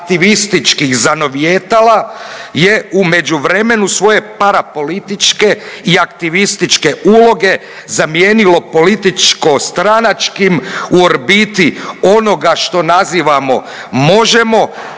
kultur-aktivističkih zanovijetala je u međuvremenu svoje parapolitičke i aktivističke uloge zamijenilo političko-stranačkim u orbiti onoga što nazivamo Možemo!,